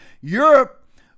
Europe